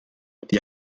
die